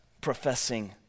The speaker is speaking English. professing